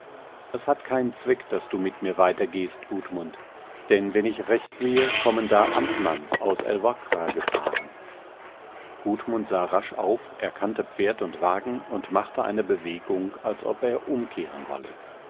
es hat keinen zweck daß du mit mir weitergehst gudmund denn wenn ich recht sehe kommen da amtmanns aus älvkra gefahren gudmund sah rasch auf erkannte pferd und wagen und machte eine bewegung als ob er umkehren wolle